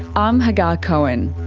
i'm hagar cohen